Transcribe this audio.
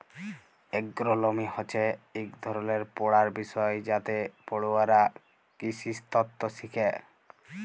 এগ্রোলমি হছে ইক ধরলের পড়ার বিষয় যাতে পড়ুয়ারা কিসিতত্ত শিখে